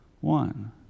One